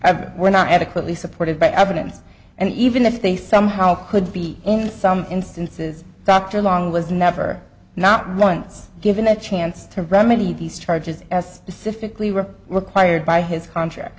evidence were not adequately supported by evidence and even if they somehow could be in some instances dr long was never not once given the chance to remedy these charges as specifically were required by his contract